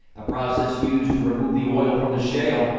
a process used to remove the oil from the shale,